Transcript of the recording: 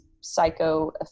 Psycho